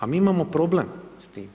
A mi imamo problem s tim.